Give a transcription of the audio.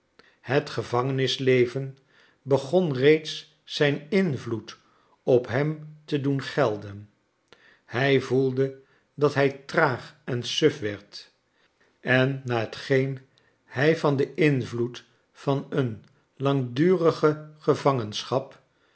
het gevangenisleven begon reeds zijn invloed op hem te doen gelden hij voelde dat hij traag en suf werd en na hetgeen hij van den invloed van een langdurige gevangenschap